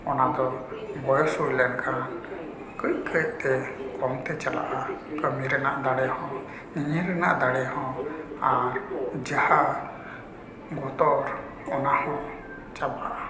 ᱚᱱᱟ ᱫᱚ ᱵᱚᱭᱮᱥ ᱦᱩᱭ ᱞᱮᱱᱠᱷᱟᱱ ᱠᱟᱹᱡ ᱠᱟᱹᱡᱛᱮ ᱠᱚᱢᱛᱮ ᱪᱟᱞᱟᱜᱼᱟ ᱠᱟᱹᱢᱤ ᱨᱮᱱᱟᱜ ᱫᱟᱲᱮ ᱦᱚᱸ ᱧᱮᱧᱮᱞ ᱨᱮᱱᱟᱜ ᱫᱟᱲᱮ ᱦᱚᱸ ᱟᱨ ᱡᱟᱦᱟᱸ ᱜᱚᱛᱚᱨ ᱚᱱᱟᱦᱚᱸ ᱪᱟᱵᱟᱜᱼᱟ